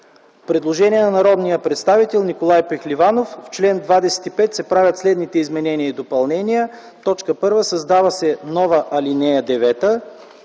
Предложение на народния представител Николай Пехливанов – в чл. 25 се правят следните изменения и допълнения: 1. Създава се нова ал. 9: